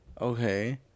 Okay